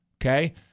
okay